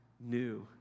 new